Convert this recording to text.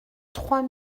trois